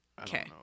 Okay